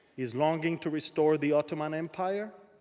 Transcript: is longing to restore the ottoman empire.